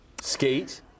skate